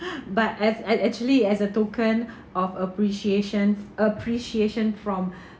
but as act actually as a token of appreciation appreciation from